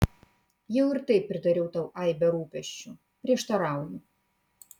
jau ir taip pridariau tau aibę rūpesčių prieštarauju